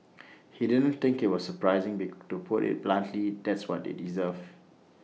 he didn't think IT was surprising be to put IT bluntly that's what they deserve